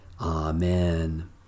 Amen